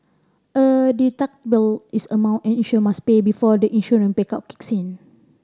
a deductible is the amount an insured must pay before the insurance bake out kicks in